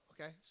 okay